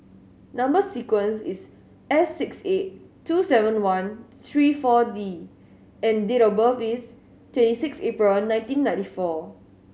number sequence is S six eight two seven one three Four D and date of birth is twenty six April nineteen ninety four